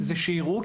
זה שיראו,